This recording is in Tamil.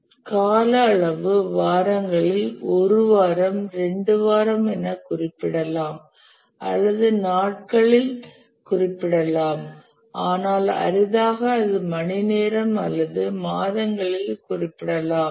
பொதுவாக செயல்பாட்டின் கால அளவு வாரங்களில் 1 வாரம் 2 வாரம் என குறிப்பிடலாம் அல்லது நாட்களில் குறிப்பிடலாம் ஆனால் அரிதாக அது மணி நேரம் அல்லது மாதங்களில் குறிப்பிடலாம்